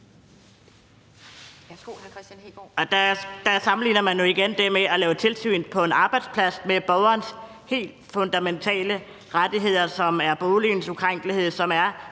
Der sammenligner man jo igen det at lave tilsyn på en arbejdsplads med borgernes helt fundamentale rettigheder, som er boligens ukrænkelighed; som er,